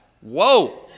Whoa